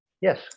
Yes